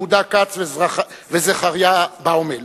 יהודה כץ וזכריה באומל,